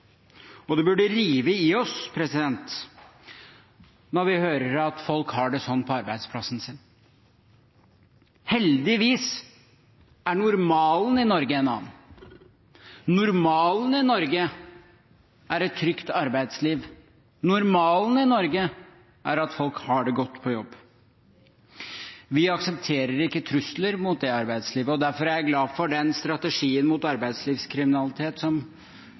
Det burde rive i oss når vi hører at folk har det sånn på arbeidsplassen sin. Heldigvis er normalen i Norge en annen. Normalen i Norge er et trygt arbeidsliv. Normalen i Norge er at folk har det godt på jobb. Vi aksepterer ikke trusler mot dette arbeidslivet. Derfor er jeg glad for den strategien mot arbeidslivskriminalitet